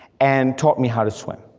and taught me how to swim,